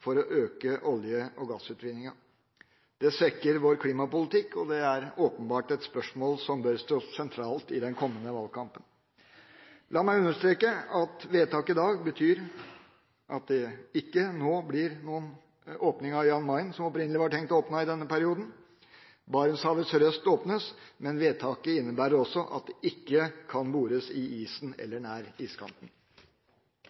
for å øke olje- og gassutvinningen. Det svekker vår klimapolitikk, og det er åpenbart et spørsmål som bør stå sentralt i den kommende valgkampen. La meg understreke at vedtaket i dag betyr at det ikke nå blir noen åpning av Jan Mayen, som opprinnelig var tenkt åpnet i denne perioden. Barentshavet sørøst åpnes, men vedtaket innebærer også at det ikke kan bores i isen